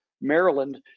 Maryland